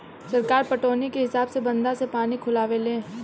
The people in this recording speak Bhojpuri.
सरकार पटौनी के हिसाब से बंधा से पानी खोलावे ले